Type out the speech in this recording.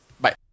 Bye